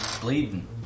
Bleeding